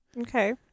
Okay